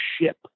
ship